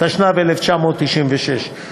התשנ"ו 1996,